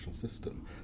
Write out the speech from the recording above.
system